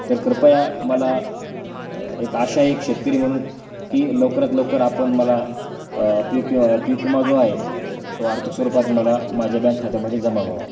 तर कृपया मला एक आशा आहे एक शेतकरी म्हणून की लवकरात लवकर आपण मला पीक विमा पीक विमा जो आहे तो आर्थिक स्वरूपात मला माझ्या बँक खात्यामध्ये जमा व्हावा